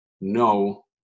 no